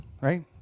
right